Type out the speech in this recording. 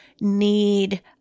need